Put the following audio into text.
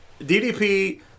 DDP